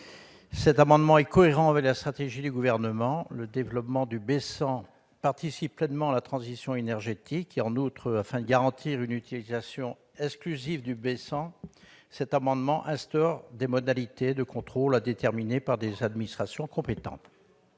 Cet amendement est cohérent avec la stratégie du Gouvernement, le développement du B100 participant pleinement à la transition énergétique. En outre, afin de garantir une utilisation exclusive de ce carburant, il tend à instaurer des modalités de contrôle à déterminer par les administrations compétentes.